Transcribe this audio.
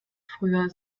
früher